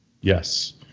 Yes